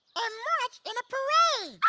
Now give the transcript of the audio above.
and march in a parade.